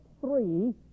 three